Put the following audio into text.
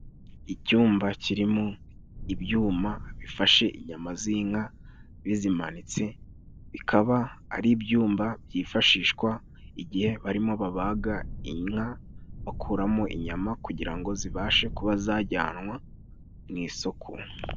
Icyumba kirimo ibyuma bifashe inyama z'inka bizimanitse, bikaba ari ibyumba byifashishwa igihe barimo babaga inka bakuramo inyama kugira ngo zibashe kuba zajyanwa mu isoko.